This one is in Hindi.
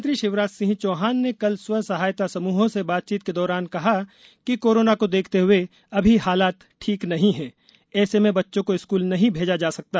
मुख्यमंत्री शिवराज सिंह चौहान ने कल स्व सहायता समूहों से बातचीत के दौरान कहा कि कोरोना को देखते हुए अभी हालात ठीक नहीं है ऐसे में बच्चों को स्कूल नहीं भेजा जा सकता